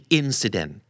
incident